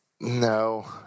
No